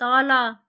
तल